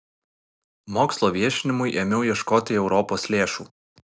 mokslo viešinimui ėmiau ieškoti europos lėšų